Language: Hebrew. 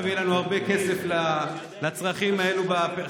עכשיו יהיה לנו הרבה כסף לצרכים האלו בפריפריה.